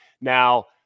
Now